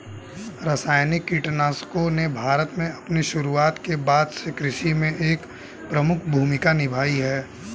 रासायनिक कीटनाशकों ने भारत में अपनी शुरुआत के बाद से कृषि में एक प्रमुख भूमिका निभाई है